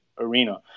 arena